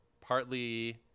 Partly